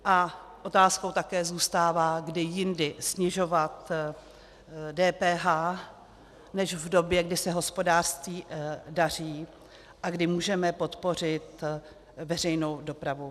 A otázkou také zůstává, kdy jindy snižovat DPH než v době, kdy se hospodářství daří a kdy můžeme podpořit veřejnou dopravu.